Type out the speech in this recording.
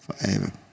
forever